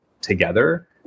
together